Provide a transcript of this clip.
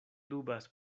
dubas